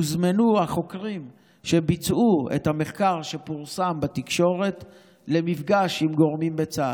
הוזמנו החוקרים שביצעו את המחקר שפורסם בתקשורת למפגש עם גורמים בצה"ל.